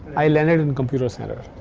i landed in computer center.